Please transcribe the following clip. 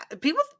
people